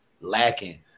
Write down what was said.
lacking